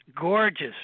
gorgeous